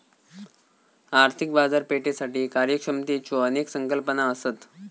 आर्थिक बाजारपेठेसाठी कार्यक्षमतेच्यो अनेक संकल्पना असत